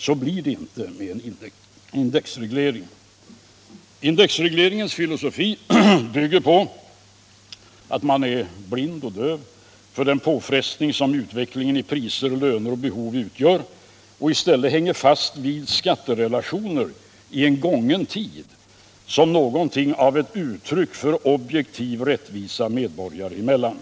Så blir det inte med en indexreglering. Indexregleringens filosofi bygger på att man är blind och döv för den påfrestning som utvecklingen av priser, löner och behov utgör och i stället håller fast vid skatterelationer i en gången tid som någonting av ett uttryck för objektiv rättvisa medborgare emellan.